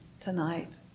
tonight